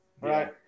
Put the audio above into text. right